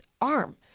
arm